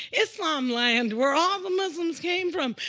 islamland, where all the muslims came from.